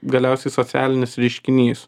galiausiai socialinis reiškinys